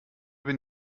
bin